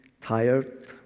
tired